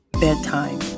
bedtime